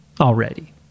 already